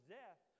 death